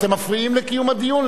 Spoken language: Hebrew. אתם מפריעים לקיום הדיון,